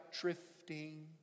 drifting